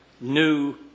new